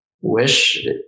wish